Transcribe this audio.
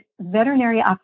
veterinary